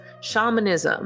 shamanism